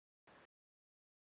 چلو اَدٕ کیٛاہ اللہ حافِظ